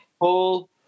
Paul